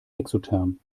exotherm